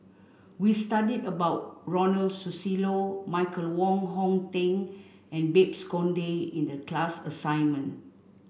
we studied about Ronald Susilo Michael Wong Hong Teng and Babes Conde in the class assignment